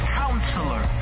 counselor